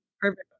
Perfect